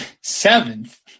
Seventh